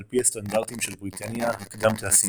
על פי הסטנדרטים של בריטניה הקדם תעשייתית,